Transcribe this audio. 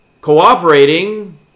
cooperating